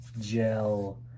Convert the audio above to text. gel